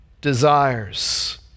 desires